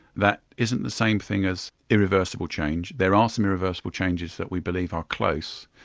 that isn't the same thing as irreversible change. there are some irreversible changes that we believe are close.